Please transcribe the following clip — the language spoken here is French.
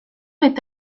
est